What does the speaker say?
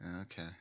Okay